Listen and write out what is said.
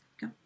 Go